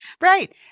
Right